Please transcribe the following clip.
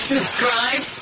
Subscribe